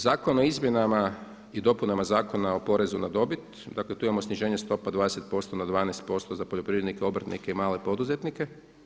Zakon o izmjenama i dopunama Zakona o porezu na dobit, dakle tu imamo sniženje stopa sa 20% na 12% za poljoprivrednike, obrtnike i male poduzetnike.